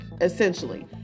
essentially